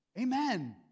Amen